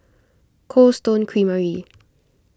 Cold Stone Creamery